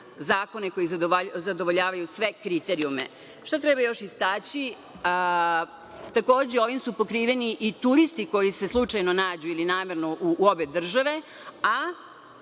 zakone koji zadovoljavaju sve kriterijume. Šta treba još istaći? Takođe, ovim su pokriveni i turisti koji se slučajno ili namerno nađu u obe države.